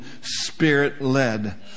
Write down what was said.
Spirit-led